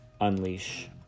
unleash